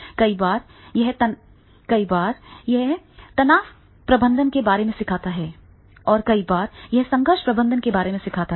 कई बार वह तनाव प्रबंधन के बारे में सीखता है और कई बार वह संघर्ष प्रबंधन के बारे में सीखता है